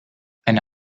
eine